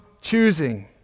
choosing